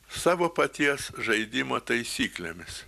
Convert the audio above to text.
savo paties žaidimo taisyklėmis